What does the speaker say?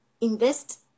invest